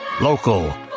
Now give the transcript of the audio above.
Local